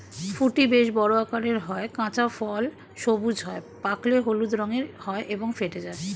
ফুটি বেশ বড় আকারের হয়, কাঁচা ফল সবুজ হয়, পাকলে হলুদ রঙের হয় এবং ফেটে যায়